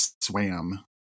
swam